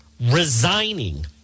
resigning